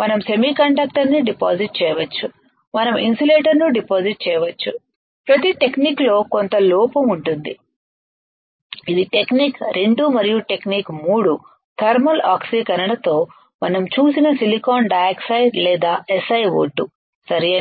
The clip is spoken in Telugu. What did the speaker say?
మనం సెమీకండక్టర్ను డిపాజిట్ చేయవచ్చు మనం ఇన్సులేటర్ను డిపాజిట్ చేయవచ్చు ప్రతి టెక్నిక్ లో కొంత లోపం ఉంటుంది ఇది టెక్నిక్ 2 మరియు టెక్నిక్ 3 థర్మల్ ఆక్సీకరణతో మనం చూసిన సిలికాన్ డయాక్సైడ్ లేదా SiO2 సరియైనదా